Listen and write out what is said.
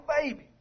baby